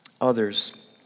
others